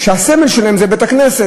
והסמל שלהם זה בית-הכנסת.